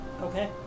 okay